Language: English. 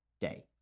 day